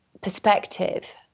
perspective